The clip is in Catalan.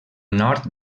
nord